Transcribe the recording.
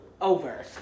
over